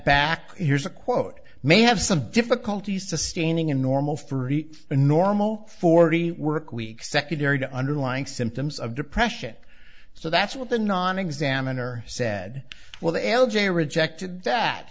back here's a quote may have some difficulty sustaining a normal for a normal forty work week secondary to underlying symptoms of depression so that's what the non examiner said well the l j rejected that